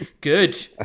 Good